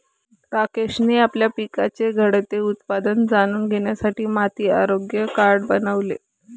राकेशने आपल्या पिकाचे घटते उत्पादन जाणून घेण्यासाठी माती आरोग्य कार्ड बनवले